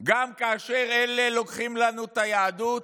גם כאשר אלה לוקחים לנו את היהדות,